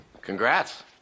Congrats